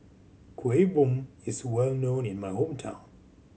Kueh Bom is well known in my hometown